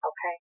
Okay